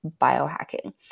biohacking